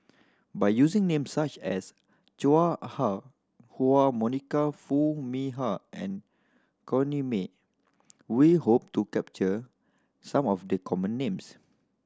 by using names such as Chua Ah Huwa Monica Foo Mee Har and Corrinne May we hope to capture some of the common names